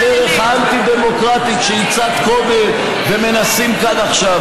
את הדרך האנטי-דמוקרטית שהצעת קודם ומנסים כאן עכשיו.